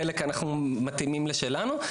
חלק אנחנו מתאימים לשלנו.